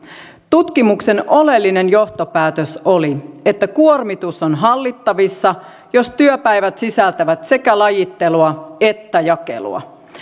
tutkimuksen oleellinen johtopäätös oli että kuormitus on hallittavissa jos työpäivät sisältävät sekä lajittelua että jakelua